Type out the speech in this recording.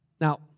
Now